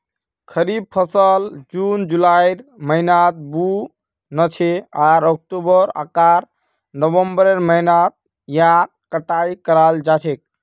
खरीफ फसल जून जुलाइर महीनात बु न छेक आर अक्टूबर आकर नवंबरेर महीनात यहार कटाई कराल जा छेक